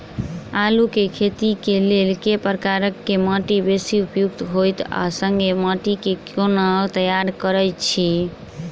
आलु केँ खेती केँ लेल केँ प्रकार केँ माटि बेसी उपयुक्त होइत आ संगे माटि केँ कोना तैयार करऽ छी?